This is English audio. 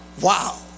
Wow